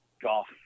golf